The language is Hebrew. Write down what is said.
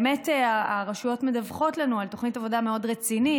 הרשויות מדווחות על תוכנית עבודה מאוד רצינית.